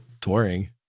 touring